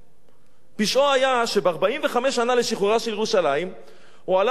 פשעו היה שבמלאות 45 שנה לשחרורה של ירושלים הוא עלה להר-הבית